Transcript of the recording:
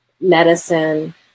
medicine